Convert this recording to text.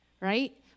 right